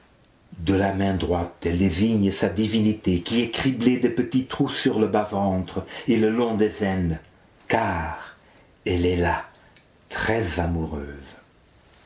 de la main droite elle désigne sa divinité qui est criblée de petits trous sur le bas-ventre et le long des aines car elle est la